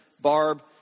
Barb